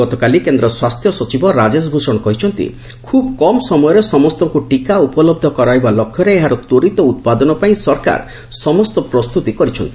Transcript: ଗତକାଲି କେନ୍ଦ୍ର ସ୍ୱାସ୍ଥ୍ୟ ସଚିବ ରାଜେଶ ଭୂଷଣ କହିଛନ୍ତି ଖୁବ୍ କମ୍ ସମୟରେ ସମସ୍ତଙ୍କୁ ଟିକା ଉପଲହ୍ଧ କରାଇବା ଲକ୍ଷ୍ୟରେ ଏହାର ତ୍ୱରିତ ଉତ୍ପାଦନ ପାଇଁ ସରକାର ସମସ୍ତ ପ୍ରସ୍ତୁତି କରିଛନ୍ତି